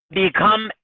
become